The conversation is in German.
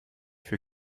für